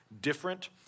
different